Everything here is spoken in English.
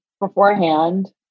beforehand